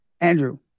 Andrew